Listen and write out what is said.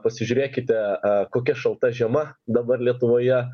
pasižiūrėkite kokia šalta žiema dabar lietuvoje